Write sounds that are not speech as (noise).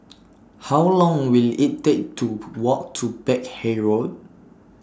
(noise) How Long Will IT Take to Walk to Peck Hay Road